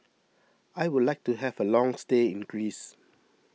I would like to have a long stay in Greece